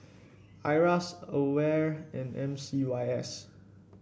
Iras Aware and M C Y S